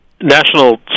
national